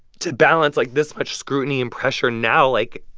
to balance, like, this much scrutiny and pressure now, like,